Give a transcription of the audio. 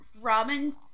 Robin